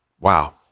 Wow